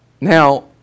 Now